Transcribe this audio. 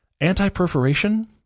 Anti-perforation